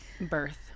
birth